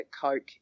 Coke